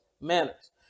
manners